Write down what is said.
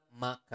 makan